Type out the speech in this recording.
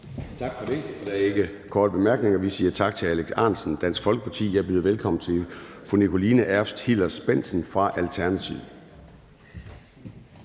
Tak for det. Der er ingen korte bemærkninger, så vi siger tak til hr. Alex Ahrendtsen fra Dansk Folkeparti. Jeg byder nu velkommen til fru Christina Olumeko fra Alternativet.